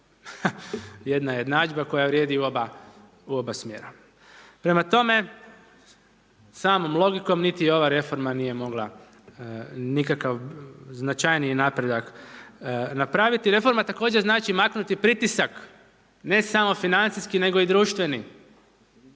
jedna jednadžba koja vrijedi u oba smjera. Prema tome, samom logikom niti ova reforma nije mogla nikakav značajniji napredak napraviti. Reforma također znači maknuti pritisak, ne samo financijski, nego i društveni.